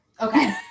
Okay